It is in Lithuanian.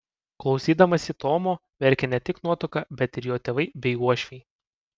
klausydamasi tomo verkė ne tik nuotaka bet ir jo tėvai bei uošviai